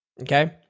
Okay